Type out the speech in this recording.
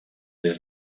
des